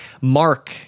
Mark